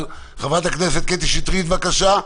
חברת הכנסת קטי שטרית, בבקשה.